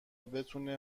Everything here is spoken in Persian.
بتونه